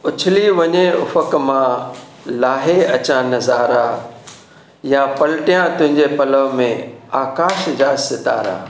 उछली वञे उफ़क़ मां लाहे अचा नज़ारा या पलटियां तुंहिंजे पलव में आकाश जा सितारा